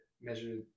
measure